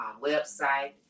website